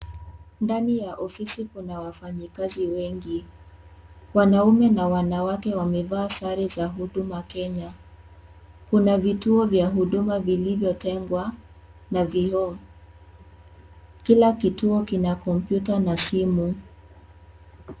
Ndani ya ofisi kuna wafanyakazi wengi. Wanaume na wanawake wamevaa sare za huduma Kenya. Kuna vituo vya huduma vilitengwa na vioo. Kila kituo kina kompyuta na simu.